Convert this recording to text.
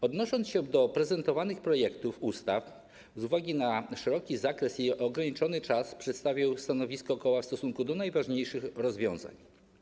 Odnosząc się do prezentowanych projektów ustaw, z uwagi na szeroki zakres i ograniczony czas przedstawię stanowisko koła w stosunku do najważniejszych rozwiązań.